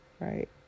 right